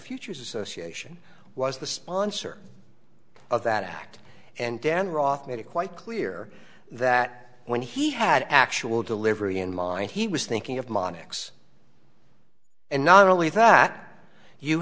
futures association was the sponsor of that act and dan roth made it quite clear that when he had actual delivery in mind he was thinking of monica and not only that you